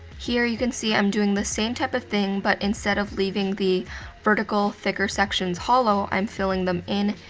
here, you can see, i'm doing the same type of thing, but instead of leaving the vertical, thicker sections hollow, i'm filling them in.